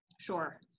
Sure